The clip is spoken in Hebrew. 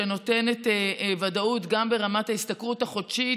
שנותנת ודאות גם ברמת ההשתכרות החודשית